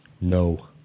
no